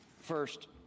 First